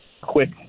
quick